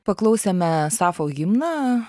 paklausėme sapfo himną